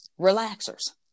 relaxers